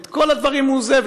את כל הדברים הוא עוזב.